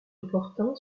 opportun